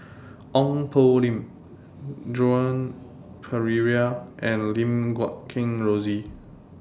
Ong Poh Lim Joan Pereira and Lim Guat Kheng Rosie